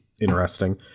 interesting